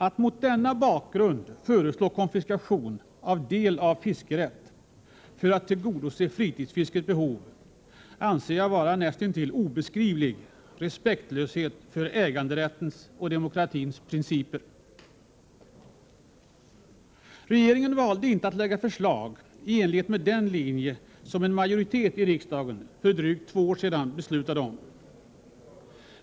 Att mot denna bakgrund föreslå konfiskation av del av fiskerätt för att tillgodose fritidsfiskets behov anser jag vara en näst intill obeskrivlig respektlöshet för äganderättens och demokratins principer. Regeringen valde inte i enlighet med den linje som en majoritet i riksdagen för drygt två år sedan beslutat om.